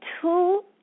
two